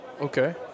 Okay